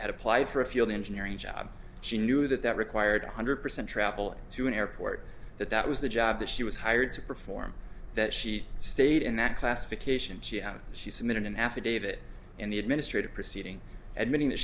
had applied for a field engineering job she knew that that required one hundred percent travel to an airport that that was the job that she was hired to perform that she stayed in that classification she had she submitted an affidavit in the administrative proceeding admitting that